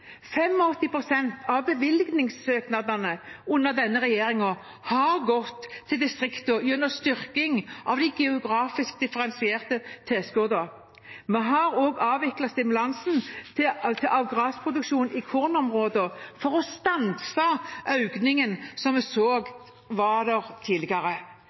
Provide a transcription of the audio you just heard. av bevilgningssøknadene under denne regjeringen har gått til distriktene gjennom styrking av de geografisk differensierte tilskuddene. Vi har også avviklet stimulansen av grasproduksjon i kornområder for å stanse økningen som vi så var der tidligere.